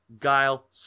guile